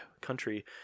country